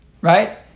right